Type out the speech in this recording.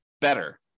better